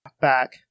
back